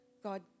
God